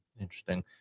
Interesting